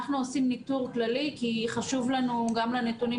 אנחנו עושים ניתור כללי כי חשוב לנו גם לנתונים